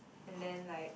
and then like